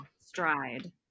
Stride